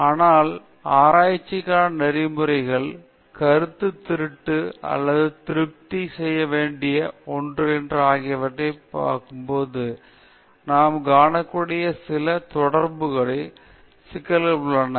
ஆனால் ஆராய்ச்சிக்கான நெறிமுறைகள் கருத்துத் திருட்டு அல்லது திருப்தி செய்ய வேண்டிய ஒன்று ஆகியவற்றைப் பற்றி விவாதிக்கும்போது நாம் காணக்கூடிய சில தொடர்புடைய சிக்கல்கள் உள்ளன